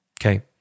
okay